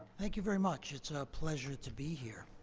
thank you very much. it's a pleasure to be here.